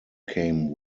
came